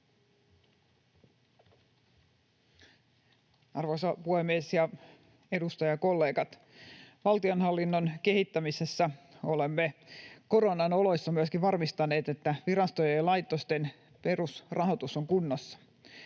Arvoisa puhemies ja edustajakollegat! Valtionhallinnon kehittämisessä olemme myöskin koronan oloissa varmistaneet, että virastojen ja laitosten perusrahoitus on kunnossa.